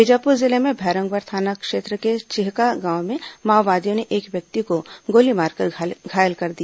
बीजापुर जिले में भैरमगढ़ थाना क्षेत्र के चिहका गांव में माओवादियों ने एक व्यक्ति को गोली मार कर घायल कर दिया